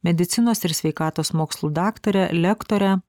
medicinos ir sveikatos mokslų daktare lektore